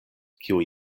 kiu